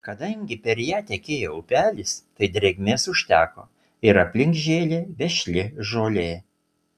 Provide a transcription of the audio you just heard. kadangi per ją tekėjo upelis tai drėgmės užteko ir aplink žėlė vešli žolė